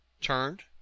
turned